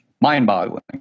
mind-boggling